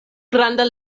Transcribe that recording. granda